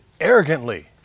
arrogantly